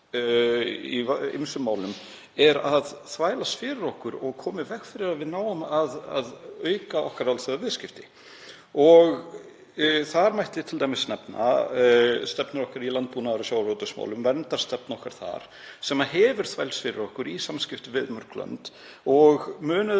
í ýmsum málum er að þvælast fyrir okkur og koma í veg fyrir að við náum að auka okkar alþjóðaviðskipti. Þar mætti t.d. nefna stefnu okkar í landbúnaðar- og sjávarútvegsmálum, verndarstefnu okkar þar sem hefur þvælst fyrir okkur í samskiptum við mörg lönd og mun